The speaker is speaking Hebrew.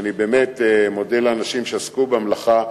ואני באמת מודה לאנשים שעסקו במלאכה,